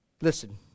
Listen